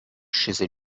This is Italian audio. scese